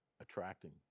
attracting